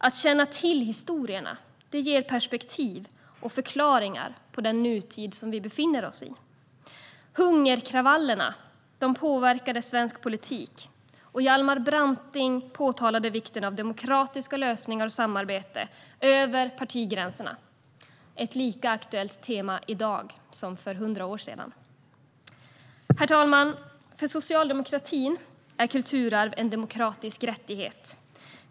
Att känna till historien ger perspektiv på och förklaringar till den tid vi nu befinner oss i. Hungerkravallerna påverkade svensk politik, och Hjalmar Branting framhöll vikten av demokratiska lösningar och samarbete över partigränser - ett tema lika aktuellt i dag som för hundra år sedan. Herr talman! För socialdemokratin är kulturarv en demokratisk rättighet.